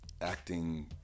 acting